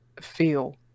feel